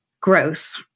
growth